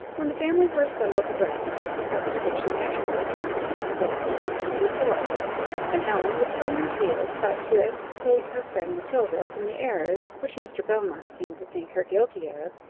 when the family were assembled to breakfast, the conversation naturally turned upon the ball of the evening before and ellen, with friendly zeal, sought to exculpate her friend matilda from the errors which mr. belmont seemed to think her guilty of,